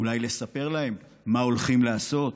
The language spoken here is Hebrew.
אולי לספר להם מה הולכים לעשות.